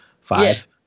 five